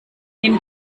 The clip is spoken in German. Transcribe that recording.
nimmt